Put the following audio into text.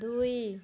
ଦୁଇ